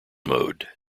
mode